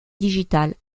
digital